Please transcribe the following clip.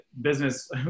business